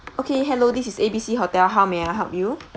okay hello this is A B C hotel how may I help you